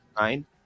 nine